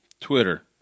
Twitter